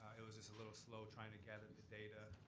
it was just a little slow trying to gather the data.